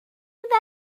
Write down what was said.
feddwl